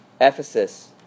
Ephesus